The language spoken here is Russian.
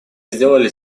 сделали